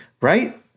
right